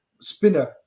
spinner